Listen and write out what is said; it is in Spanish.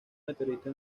meteorito